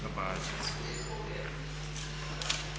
Hvala.